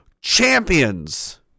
Champions